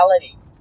reality